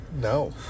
No